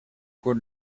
good